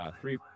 Three